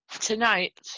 tonight